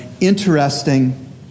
interesting